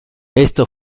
esto